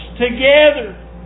together